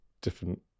different